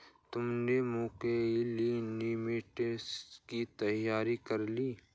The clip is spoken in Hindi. तुमने मैक्रोइकॉनॉमिक्स की तैयारी कर ली?